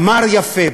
אמר יפה,